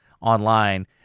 online